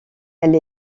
elle